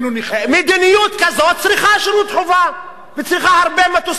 מדיניות כזו צריכה שירות חובה וצריכה הרבה מטוסים,